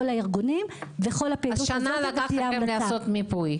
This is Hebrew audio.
הארגונים וכל הפעילות הזו תגיע --- ולקח לכם שנה לעשות מיפוי?